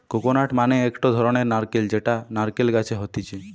coconut মানে একটো ধরণের নারকেল যেটা নারকেল গাছে হতিছে